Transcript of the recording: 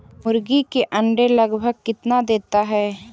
मुर्गी के अंडे लगभग कितना देता है?